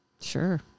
Sure